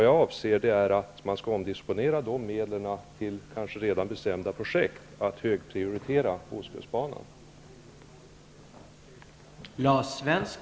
Jag hävdar att medlen skall omdisponeras till redan bestämda projekt och att ostkustbanan skall få hög prioritet.